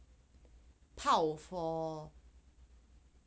泡 for